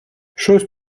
щось